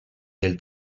del